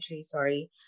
sorry